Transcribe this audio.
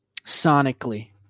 sonically